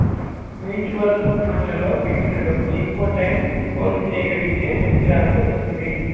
mutual ఫండ్లలో పెట్టిన డబ్బుని ఎక్కువటైయ్యం హోల్డ్ చెయ్యగలిగితే మంచి రాబడి వత్తది